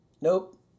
Nope